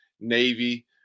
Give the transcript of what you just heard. Navy